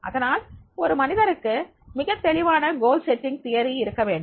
அதனால் ஒரு மனிதருக்கு மிகத்தெளிவான குறிக்கோள் அமைக்கும் கோட்பாடு இருக்க வேண்டும்